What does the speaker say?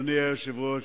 אדוני היושב-ראש,